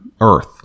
earth